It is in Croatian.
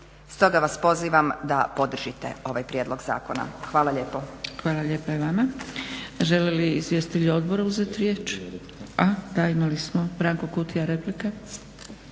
Stoga vas pozivam da podržite ovaj prijedlog zakona. Hvala lijepo. **Zgrebec, Dragica (SDP)** Hvala lijepa i vama. Žele li izvjestitelji Odbora uzeti riječ? A da imali smo Branko Kutija, replika.